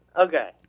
Okay